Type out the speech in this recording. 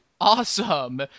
awesome